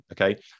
okay